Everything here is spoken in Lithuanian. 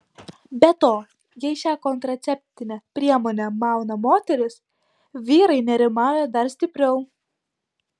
be to jei šią kontraceptinę priemonę mauna moteris vyrai nerimauja dar stipriau